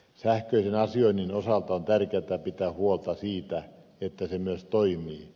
sähköisen asioinnin osalta on tärkeätä pitää huolta siitä että se myös toimii